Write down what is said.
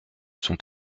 sont